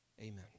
Amen